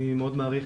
אני מאוד מעריך,